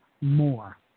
More